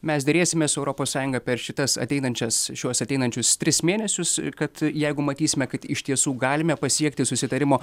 mes derėsimės su europos sąjunga per šitas ateinančias šiuos ateinančius tris mėnesius kad jeigu matysime kad iš tiesų galime pasiekti susitarimo